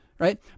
Right